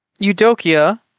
Eudokia